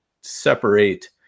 separate